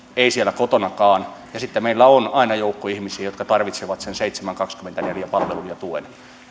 ei siellä kotonakaan ja sitten meillä on aina joukko ihmisiä jotka tarvitsevat sen seitsemän kautta kaksikymmentäneljä palvelun ja tuen